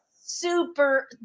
super